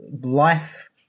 life